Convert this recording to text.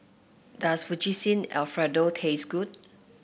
does Fettuccine Alfredo taste good